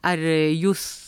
ar jūs